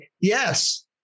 yes